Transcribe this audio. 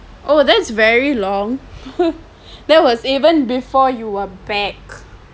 oh that's very long that was even before you are back